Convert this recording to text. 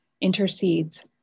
intercedes